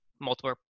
multiple